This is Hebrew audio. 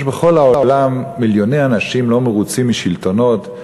יש בכל העולם מיליוני אנשים שלא מרוצים משלטונות.